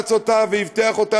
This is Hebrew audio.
פרץ אותה ואבטח אותה,